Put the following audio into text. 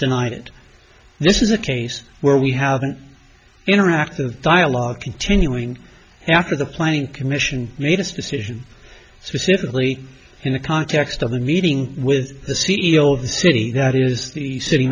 denied it this is a case where we have an interactive dialogue continuing after the planning commission made its decision specifically in the context of a meeting with the c e o of the city that is the city